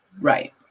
Right